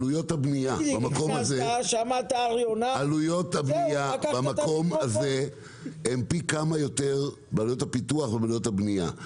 עלויות הבניה במקום הזה הם פי כמה יותר בעלות הפיתוח ובעלות הבניה.